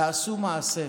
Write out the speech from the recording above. תעשו מעשה.